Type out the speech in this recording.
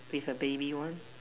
it's a baby one